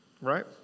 right